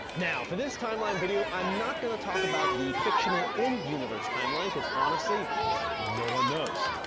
now for this timeline video i'm not going to talk about the fictional in-universe timeline cause honestly no one knows,